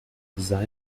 design